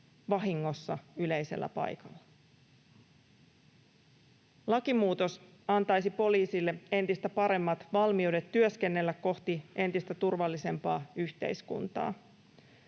vahingossa mukanaan yleisellä paikalla. Lakimuutos antaisi poliisille entistä paremmat valmiudet työskennellä kohti entistä turvallisempaa yhteiskuntaa.